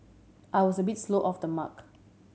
I was a bit slow off the mark